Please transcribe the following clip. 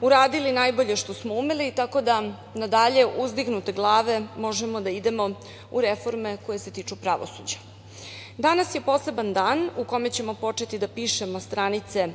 uradili najbolje što smo umeli, tako da nadalje uzdignute glave možemo da idemo u reforme koje se tiču pravosuđa. Danas je poseban dan u kome ćemo početi da pišemo stranice